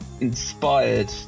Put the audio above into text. inspired